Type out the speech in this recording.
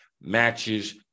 matches